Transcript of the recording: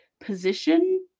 position